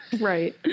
Right